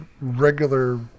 regular